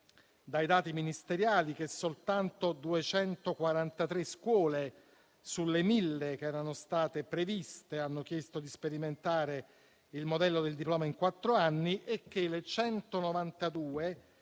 dai dati ministeriali che soltanto 243 scuole sulle 1.000 che erano state previste hanno chiesto di sperimentare il modello del diploma in quattro anni e che le 192